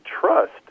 trust